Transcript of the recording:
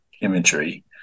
imagery